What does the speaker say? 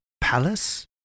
palace